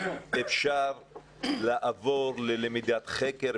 אפשר לעבור ללמידת חקר,